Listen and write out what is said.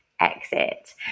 exit